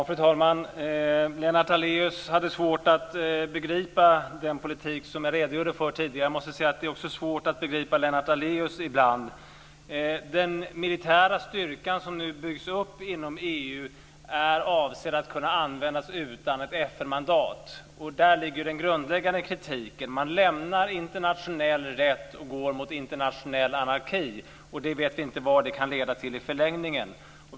Fru talman! Lennart Daléus hade svårt att begripa den politik som jag redogjorde för tidigare. Jag måste säga att det också är svårt att begripa Lennart Daléus ibland. Den militära styrka som nu byggs upp inom EU är avsedd att kunna användas utan ett FN-mandat. Där ligger den grundläggande kritiken. Man lämnar internationell rätt och går mot internationell anarki. Och vi vet inte vad det kan leda till i förlängningen.